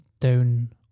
down